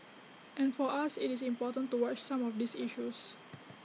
and for us IT is important to watch some of these issues